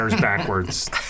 backwards